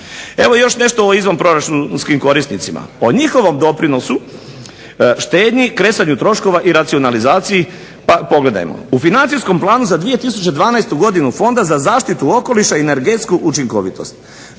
Evo i još nešto o izvanproračunskim korisnicima. O njihovom doprinosu štednji, kresanju troškova i racionalizaciji, pa pogledajmo. U financijskom planu za 2012. godinu Fonda za zaštitu okoliša i energetsku učinkovitost